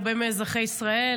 הרבה מאזרחי ישראל,